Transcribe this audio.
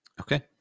Okay